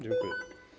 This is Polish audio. Dziękuję.